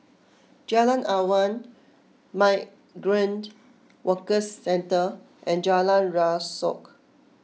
Jalan Awan Migrant Workers Centre and Jalan Rasok